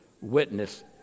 witness